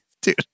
dude